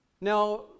Now